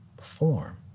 form